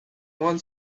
one